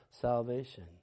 salvation